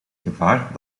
gevaar